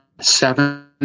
seven